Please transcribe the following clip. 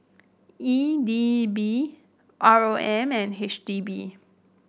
E D B R O M and H D B